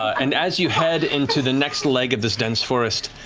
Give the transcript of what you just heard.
and as you head into the next leg of this dense forest,